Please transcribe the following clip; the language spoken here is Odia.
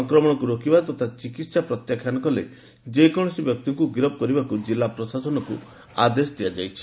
ସଂକ୍ମଶକୁ ରୋକିବା ତଥା ଚିକିହା ପ୍ରତ୍ୟାଖ୍ୟାନ କଲେ ଯେକୌଣସି ବ୍ୟକ୍ତିଙ୍କୁ ଗିରଫ କରିବାକୁ ଜିଲ୍ଲାପ୍ରଶାସନକୁ ଆଦେଶ ଦିଆଯାଇଛି